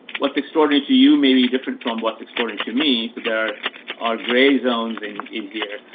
what's extraordinary to you, maybe different from what's extraordinary to me? so there are gray zones in in here,